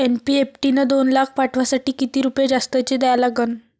NEFT न दोन लाख पाठवासाठी किती रुपये जास्तचे द्या लागन?